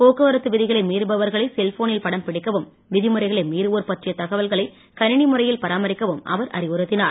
போக்குவரத்து விதிகளை மீறுபவர்களை செல்போனில் படம் பிடிக்கவும் விதிமுறைகளை மீறுவோர் பற்றிய தகவல்களை கணிணி முறையில் பராமரிக்கவும் அவர் அறிவுறுத்தினார்